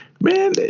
man